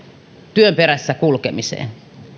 työn perässä kulkemiseen